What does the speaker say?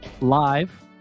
live